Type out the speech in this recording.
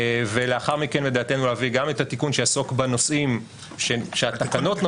ולאחר מכן בדעתנו להביא גם את התיקון שיעסוק בנושאים של התקנות.